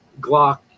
Glock